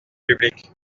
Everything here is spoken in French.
publics